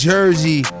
Jersey